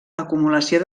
acumulació